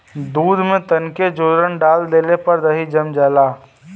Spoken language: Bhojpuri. दूध में तनके जोरन डाल देले पर दही जम जाला